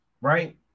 right